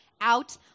out